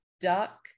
Duck